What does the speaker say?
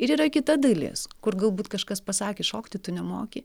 ir yra kita dalis kur galbūt kažkas pasakė šokti tu nemoki